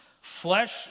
flesh